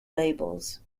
labels